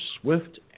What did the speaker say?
swift